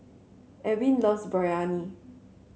Ewin loves Biryani